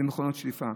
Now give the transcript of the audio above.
זה מכונות שטיפה,